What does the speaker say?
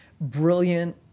brilliant